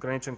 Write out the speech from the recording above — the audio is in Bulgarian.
граничен